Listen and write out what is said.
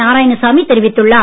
நாராயணசாமி தெரிவித்துள்ளார்